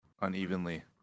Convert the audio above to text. unevenly